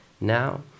Now